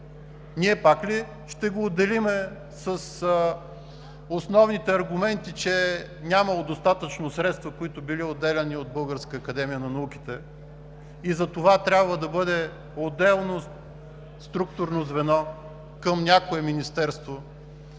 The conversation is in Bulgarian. Ние пак ли ще го отделим с основните аргументи, че е нямало достатъчно средства, които били отделяни от Българската академия на науките, и затова трябва да бъде отделно структурно звено към някое министерство